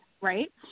right